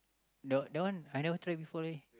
no that one I never try before leh